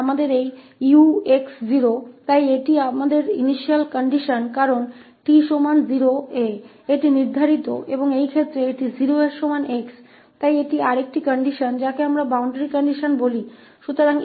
तो हमारे पास यह 𝑢𝑥 0 है इसलिए यह हमारी प्रारंभिक स्थिति है क्योंकि t के बराबर 0 पर यह निर्धारित है और इस मामले में यह x बराबर 0 है इसलिए यह एक और शर्त है जिसे हम बाउंड्री कंडीशन कहते हैं